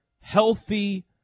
healthy